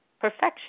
Perfection